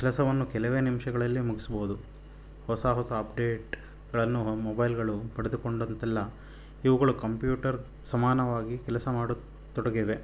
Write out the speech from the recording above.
ಕೆಲಸವನ್ನು ಕೆಲವೇ ನಿಮಿಷಗಳಲ್ಲಿ ಮುಗಿಸ್ಬೋದು ಹೊಸ ಹೊಸ ಅಪ್ಡೇಟ್ಗಳನ್ನು ಮೊಬೈಲ್ಗಳು ಪಡೆದುಕೊಂಡಂತೆಲ್ಲ ಇವುಗಳು ಕಂಪ್ಯೂಟರ್ ಸಮಾನವಾಗಿ ಕೆಲಸ ಮಾಡತೊಡಗಿವೆ